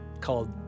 called